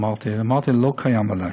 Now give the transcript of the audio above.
אמרתי, אמרתי שזה לא קיים עדיין.